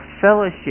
fellowship